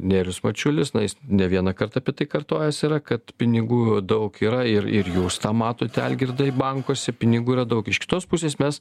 nerijus mačiulis na jis ne vieną kart apie tai kartojęs yra kad pinigų daug yra ir ir jūs tą matote algirdai bankuose pinigų yra daug iš kitos pusės mes